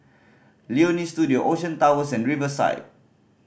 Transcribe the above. Leonie Studio Ocean Towers and Riverside